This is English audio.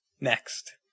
Next